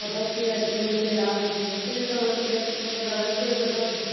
कतौ चिड़ै चुड़मुन चैल आबै छै फेर कनहो से अयलै कोनो दरबज्जे पर बैठल छै